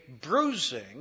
bruising